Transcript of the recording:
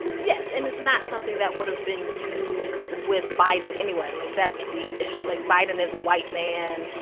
yes. and it's not something that would've been used with biden anyway. like, that's the issue. like, biden is a white man.